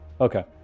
okay